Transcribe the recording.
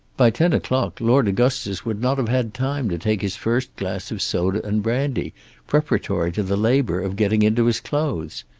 by ten o'clock lord augustus would not have had time to take his first glass of soda and brandy preparatory to the labour of getting into his clothes.